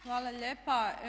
Hvala lijepa.